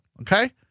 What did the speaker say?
okay